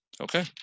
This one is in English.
Okay